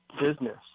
business